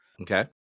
Okay